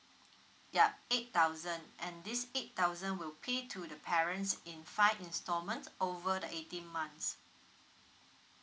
yup eight thousand and this eight thousand will pay to the parents in five installment over the eighteen months